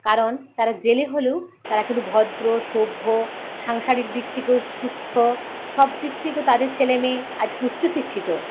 কারণ তারা জেলে হলেও তারা কিন্তু ভদ্র সভ্য সাংসারিক দিক থেকেও সুস্থ সবদিক থেকেও তাদের ছেলেমেয়ে আজকে উচ্চশিক্ষিত